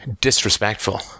disrespectful